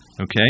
Okay